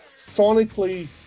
sonically